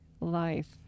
life